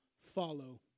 follow